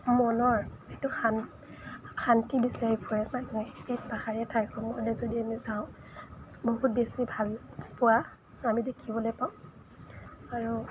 মনৰ যিটো শান্তি বিচাৰি ফুৰে মানুহে নহয় এই পাহাৰীয়া ঠাইসমূহলৈ যদি আমি যাওঁ বহুত বেছি ভালপোৱা আমি দেখিবলৈ পাওঁ আৰু